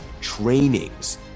trainings